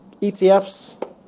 ETFs